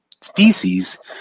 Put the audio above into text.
species